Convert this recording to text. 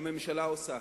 הממשלה עושה,